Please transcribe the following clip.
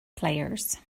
players